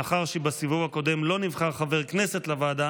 מאחר שבסיבוב הקודם לא נבחר חבר כנסת לוועדה,